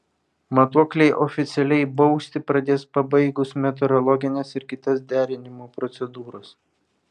matuokliai oficialiai bausti pradės pabaigus metrologines ir kitas derinimo procedūras